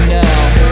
now